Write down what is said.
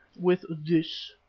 with this,